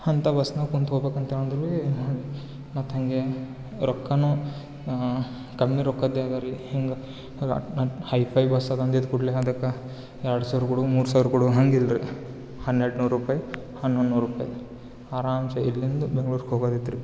ಅಂಥ ಬಸ್ನಾಗ ಕುಂತು ಹೋಗ್ಬೇಕು ಅಂತಂದ್ರೆ ಬಿ ಮತ್ತು ಹಂಗೆ ರೊಕ್ಕ ಕಮ್ಮಿ ರೊಕ್ಕಾದ್ದೆ ಅದೇ ರೀ ಹಿಂಗೆ ಹೈ ಫೈ ಬಸ್ಸದ ಅಂದಿದ್ದು ಕೂಡಲೆ ಅದಕ್ಕೆ ಎರಡು ಸಾವಿರ ಕೊಡು ಮೂರು ಸಾವಿರ ಕೊಡು ಹಂಗಿಲ್ರಿ ಹನ್ನೆರಡು ನೂರು ರುಪಾಯ್ ಹನ್ನೊಂದು ನೂರು ರುಪಾಯ್ ಆರಾಮ್ಸೆ ಇಲ್ಲಿಂದ ಬೆಂಗ್ಳೂರು ಹೋಗೋದಿತ್ತು ರೀ